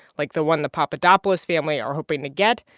like the one the papadopoulos family are hoping to get,